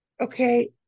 okay